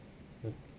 mm